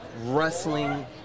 wrestling